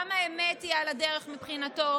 גם האמת היא על הדרך מבחינתו,